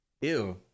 Ew